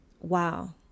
wow